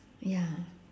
ya